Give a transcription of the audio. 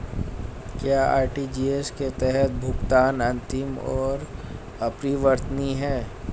क्या आर.टी.जी.एस के तहत भुगतान अंतिम और अपरिवर्तनीय है?